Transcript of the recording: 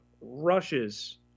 rushes